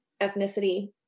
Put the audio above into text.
ethnicity